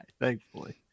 thankfully